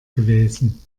gewesen